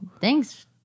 Thanks